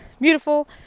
beautiful